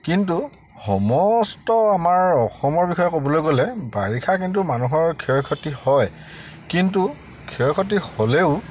কিন্তু সমস্ত আমাৰ অসমৰ বিষয়ে ক'বলৈ গ'লে বাৰিষা কিন্তু মানুহৰ ক্ষয় ক্ষতি হয় কিন্তু ক্ষয় ক্ষতি হ'লেও